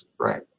Right